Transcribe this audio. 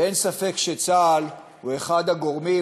ואין ספק שצה"ל הוא אחד הגורמים,